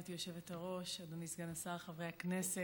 גברתי היושבת-ראש, אדוני סגן השר, חברי הכנסת,